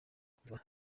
kuva